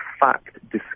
fact